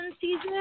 season